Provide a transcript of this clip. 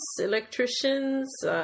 electricians